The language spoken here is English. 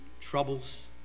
troubles